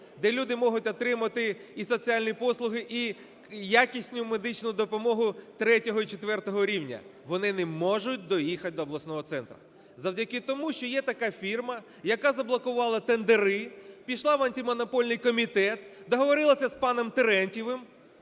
де люди можуть отримати і соціальні послуги, і якісну медичну допомогу 3-4 рівня. Вони не можуть доїхати до обласного центру завдяки тому, що є така фірма, яка заблокувала тендери, пішла в Антимонопольний комітет, договорилася з паном Терентьєвим